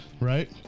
right